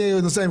נוסעים,